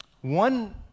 one